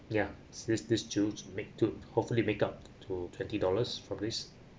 yeah see these two to made to hopefully make up to twenty dollars from this